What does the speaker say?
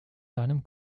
deinem